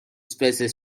space